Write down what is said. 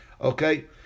okay